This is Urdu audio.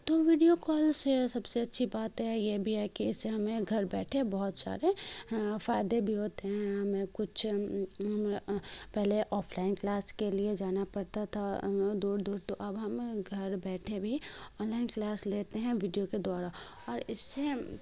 تو ویڈیو کال سے سب سے اچھی بات یہ بھی ہے کہ اس سے ہمیں گھر بیٹھے بہت سارے فائدے بھی ہوتے ہیں ہمیں کچھ پہلے آفلائن کلاس کے لیے جانا پڑتا تھا دور دور تو اب ہم گھر بیٹھے بھی آنلائن کلاس لیتے ہیں ویڈیو کے دوارا اور اس سے